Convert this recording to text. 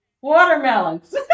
watermelons